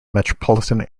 metropolitan